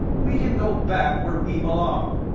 we can go back where we belong.